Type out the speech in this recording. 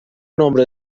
nombre